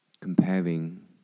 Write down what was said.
comparing